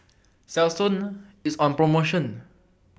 Selsun IS on promotion